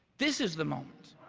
this is the moment.